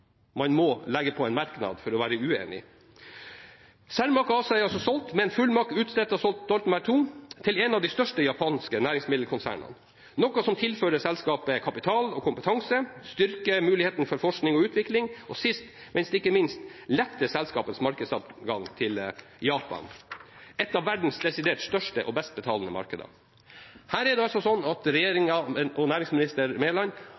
man må legge på en merknad for å være uenig. Cermaq ASA er altså solgt, med en fullmakt utstedt av Stoltenberg II, til en av de største japanske næringsmiddelkonsernene, noe som tilfører selskapet kapital og kompetanse, styrker muligheten for forskning og utvikling og sist, men ikke minst, letter selskapets markedsadgang til Japan, et av verdens desidert største og best betalende markeder. Her er det altså slik at regjeringen og næringsminister Mæland